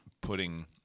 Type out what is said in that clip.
putting